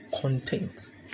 content